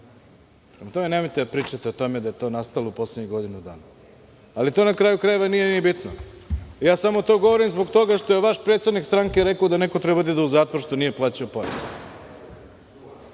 prema tome, nemojte da pričate o tome da je to nastalo u poslednjih godinu dana, ali to na kraju krajeva i nije ni bitno. Samo to govorim zbog toga što je vaš predsednik stranke rekao da neko treba da ide u zatvor što nije plaćao porez,